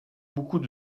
beaucoup